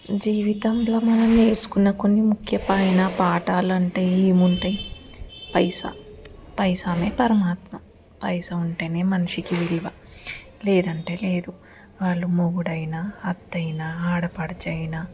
జీవితంలో మనం నేర్చుకున్న కొన్ని ముఖ్యమైన పాఠాలంటే ఏముంటాయి పైసా పైసామె పరమాత్మ పైసా ఉంటేనే మనిషికి విలువ లేదంటే లేదు వాళ్ళు మొగుడైన అత్తయినా ఆడపడుచు అయినా